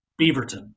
Beaverton